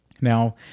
Now